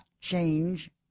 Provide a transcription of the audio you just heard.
change